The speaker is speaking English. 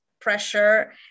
pressure